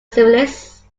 syphilis